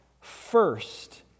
first